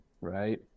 Right